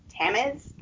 Tamiz